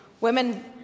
women